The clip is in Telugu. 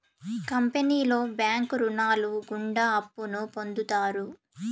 కంపెనీలో బ్యాంకు రుణాలు గుండా అప్పును పొందుతారు